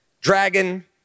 Dragon